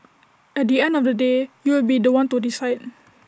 at the end of the day you will be The One to decide